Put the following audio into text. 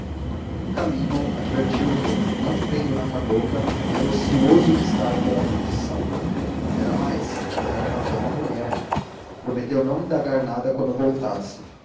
caminho advertiu que não crendo na cabocla era ocioso instar pela predição era mais era dar razão à mulher prometeu não indagar nada quando voltasse